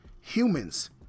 Humans